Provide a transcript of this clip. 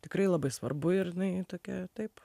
tikrai labai svarbu ir jinai tokia taip